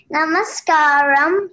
Namaskaram